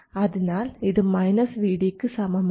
അതിനാൽ ഇത് Vd ക്ക് സമമാണ്